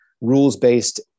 rules-based